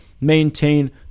maintain